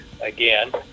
again